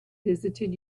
visited